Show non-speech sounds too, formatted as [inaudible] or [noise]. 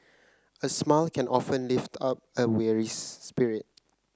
a smile can often lift up a weary [unintelligible] spirit